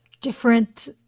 different